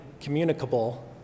communicable